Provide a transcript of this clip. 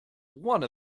one